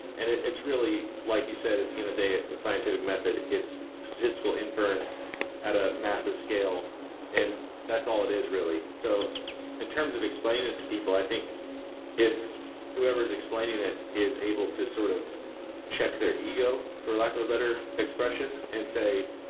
and it's really, like you said, at the end of the day it's the scientific method. it's statistical inference at a massive scale and that's all it is really. so in terms of explaining it to people, i think if whoever is explaining it is able to sort of check their ego, for lack of a better expression, and say,